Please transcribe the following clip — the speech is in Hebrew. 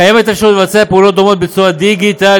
קיימת אפשרות לבצע פעולות דומות בצורה דיגיטלית,